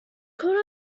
caught